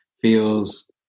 feels